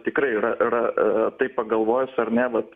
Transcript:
tikrai yra yra a a taip pagalvojus ar ne vat